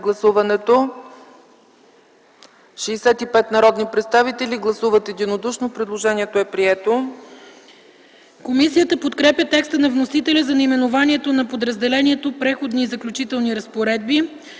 Народните представители гласуват единодушно – предложението е прието.